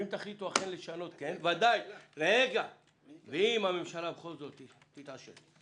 ואם תחליטו אכן לשנות ואם הממשלה בכל זאת תתעשת,